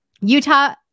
Utah